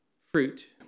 fruit